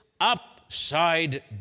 upside